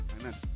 Amen